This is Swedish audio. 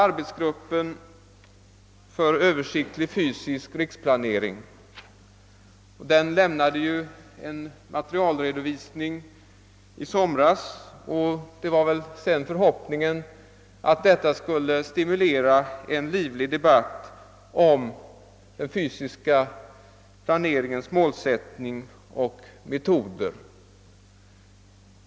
Arbetsgruppen för översiktlig fysisk riksplanering lämnade i somras en materialredovisning, och man hade väl förhoppningen att detta skulle stimulera en livlig debatt om den fysiska planeringens målsättning och metoder.